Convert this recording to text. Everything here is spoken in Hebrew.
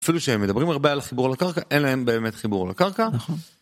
אפילו שהם מדברים הרבה על חיבור לקרקע, אין להם באמת חיבור לקרקע.נכון